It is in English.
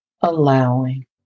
allowing